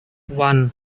one